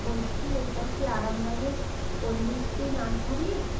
বলছি এটা কি আরামবাগের পল্লীশ্রী নার্সারি